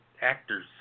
actors